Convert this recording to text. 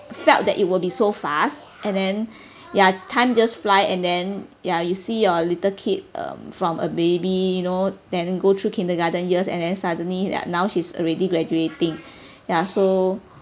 felt that it will be so fast and then ya time just fly and then ya you see your little kid um from a baby you know then go through kindergarten years and then suddenly like now she's already graduating ya so